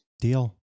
deal